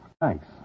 Thanks